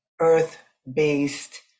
earth-based